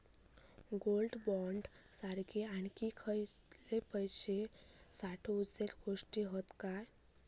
Gold bond सारखे आणखी खयले पैशे साठवूचे गोष्टी हत काय?